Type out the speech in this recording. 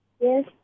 Yes